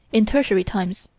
in tertiary times,